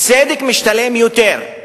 צדק משתלם יותר.